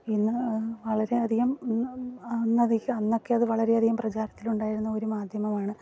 ഇന്ന് വളരെയധികം അന്നധികം അന്നൊക്കെ അത് വളരെയധികം പ്രചാരത്തിൽ ഉണ്ടായിരുന്ന ഒരു മാധ്യമമാണ്